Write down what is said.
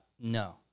No